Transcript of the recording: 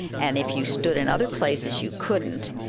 and if you stood in other places, you couldn't.